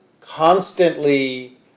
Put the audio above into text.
constantly